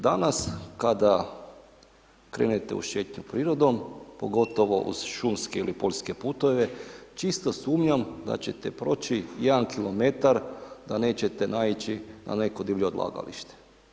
Danas, kada krenete u šetnju prirodom, pogotovo uz šumske ili poljske putove, čisto sumnjam da će te proći jedan kilometar, da nećete naići na neko divlje odlagalište.